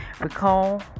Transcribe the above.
recall